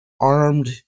armed